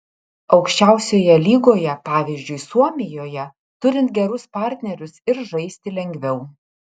aukščiausioje lygoje pavyzdžiui suomijoje turint gerus partnerius ir žaisti lengviau